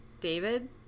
David